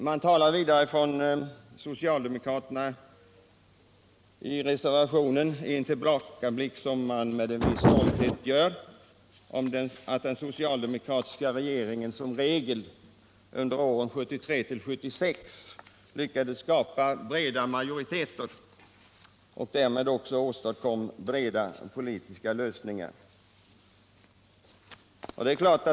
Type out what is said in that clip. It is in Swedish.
Socialdemokraterna talar vidare i reservationen, i den tillbakablick som de med viss stolthet gör, om att den socialdemokratiska regeringen som regel under åren 1973-1976 lyckades skapa breda majoriteter och därmed också åstadkom breda politiska lösningar.